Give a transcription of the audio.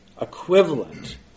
equivalent